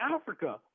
Africa